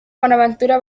bonaventura